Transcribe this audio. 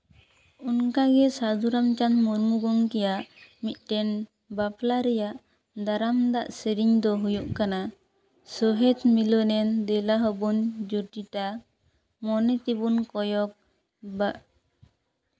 ᱚᱱᱠᱟᱜᱮ ᱥᱟᱹᱫᱷᱩ ᱨᱟᱢᱪᱟᱸᱫᱽ ᱢᱩᱨᱢᱩ ᱜᱚᱢᱠᱮᱭᱟᱜ ᱢᱤᱫᱴᱮᱱ ᱵᱟᱯᱞᱟ ᱨᱮᱭᱟᱜ ᱫᱟᱨᱟᱢ ᱫᱟᱜ ᱥᱮᱨᱮᱧ ᱫᱚ ᱦᱩᱭᱩᱜ ᱠᱟᱱᱟ ᱥᱳᱦᱟᱜ ᱢᱤᱞᱚᱱᱮᱱ ᱫᱮᱞᱟ ᱦᱳ ᱵᱚᱱ ᱡᱩᱴᱤᱴᱟ ᱢᱚᱱᱮ ᱛᱮᱵᱚᱱ ᱠᱚᱭᱚᱜᱽ ᱵᱟ